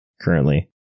currently